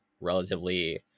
relatively